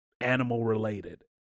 animal-related